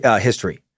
history